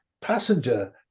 passenger